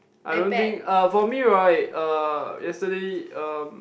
I don't think uh for me right uh yesterday um